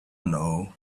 know